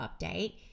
update